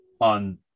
on